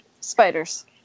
spiders